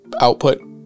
output